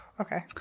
Okay